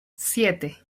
siete